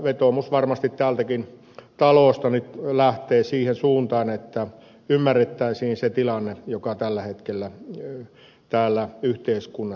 vetoomus varmasti täältäkin talosta lähtee siihen suuntaan että ymmärrettäisiin se tilanne joka tällä hetkellä täällä yhteiskunnassa on